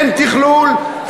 אין תכלול,